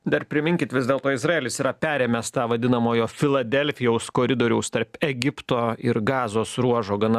dar priminkit vis dėlto izraelis yra perėmęs tą vadinamojo filadelfijaus koridoriaus tarp egipto ir gazos ruožo gana